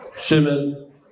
Shimon